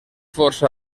força